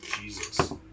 Jesus